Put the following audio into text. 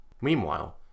Meanwhile